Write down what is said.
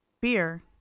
beer